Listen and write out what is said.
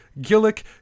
Gillick